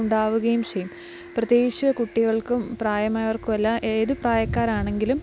ഉണ്ടാവുകയും ചെയ്യും പ്രത്യേകിച്ച് കുട്ടികൾക്കും പ്രായമായവർക്കു എല്ലാം ഏത് പ്രായക്കാരാണെങ്കിലും